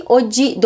oggi